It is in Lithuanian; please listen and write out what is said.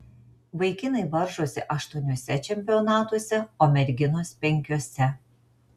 vaikinai varžosi aštuoniuose čempionatuose o merginos penkiuose